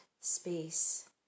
space